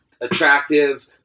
attractive